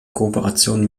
kooperation